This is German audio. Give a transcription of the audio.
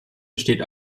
besteht